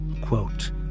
Quote